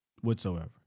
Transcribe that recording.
whatsoever